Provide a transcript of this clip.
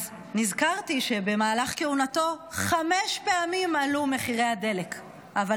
אז נזכרתי שבמהלך כהונתו עלו מחירי הדלק חמש פעמים.